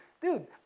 dude